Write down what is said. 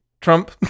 Trump